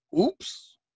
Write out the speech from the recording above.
oops